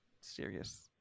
serious